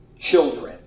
children